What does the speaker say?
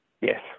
yes